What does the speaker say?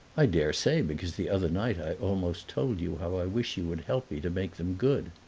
i daresay, because the other night i almost told you how i wish you would help me to make them good.